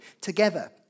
together